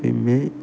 எப்போயுமே